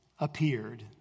appeared